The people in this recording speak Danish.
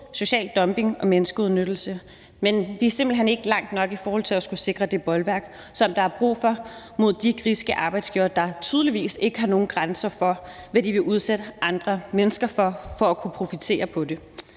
social dumping og menneskeudnyttelse, men vi er simpelt hen ikke kommet langt nok i forhold til at skulle sikre det bolværk, som der er brug for mod de griske arbejdsgivere, der tydeligvis ikke har nogen grænser for, hvad de vil udsætte andre mennesker for for at kunne profitere på det.